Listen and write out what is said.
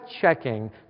checking